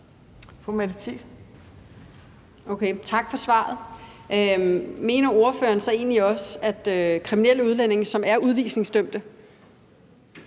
Fru Mette Thiesen.